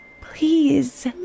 Please